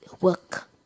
work